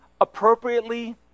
appropriately